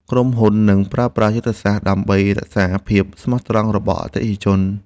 ក្រុមហ៊ុននឹងប្រើប្រាស់យុទ្ធសាស្ត្រ ដើម្បីរក្សាភាពស្មោះត្រង់របស់អតិថិជន។